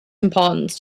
importance